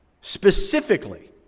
specifically